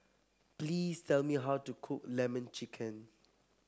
please tell me how to cook lemon chicken